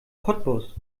cottbus